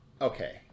Okay